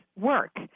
work